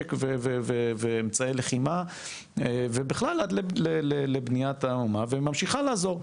נשק ואמצעי לחימה ובכלל עד בניית האומה וממשיכה לעזור,